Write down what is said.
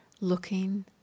looking